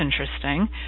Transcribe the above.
interesting